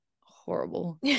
horrible